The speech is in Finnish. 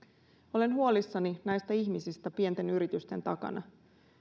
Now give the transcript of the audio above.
olen huolissani näistä ihmisistä pienten yritysten takana